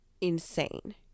insane